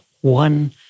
one